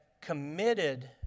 committed